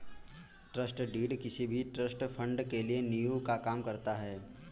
trust deed किसी भी trust fund के लिए नीव का काम करता है